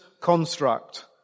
construct